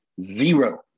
zero